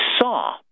saw